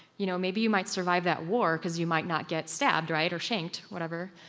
you know maybe you might survive that war because you might not get stabbed, right, or shanked, whatever.